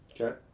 Okay